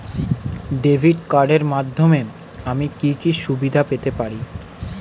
Debit কার্ডের মাধ্যমে আমি কি কি সুবিধা পেতে পারি?